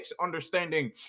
understanding